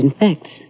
infects